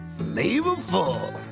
flavorful